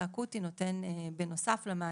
תשובות שהן פשוט מראות לא רק על המוכנות והמשאבים